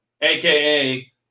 AKA